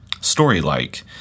story-like